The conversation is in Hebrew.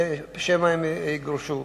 שמא הם יגורשו.